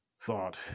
thought